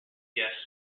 guest